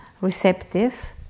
receptive